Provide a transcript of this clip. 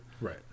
Right